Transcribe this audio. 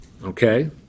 Okay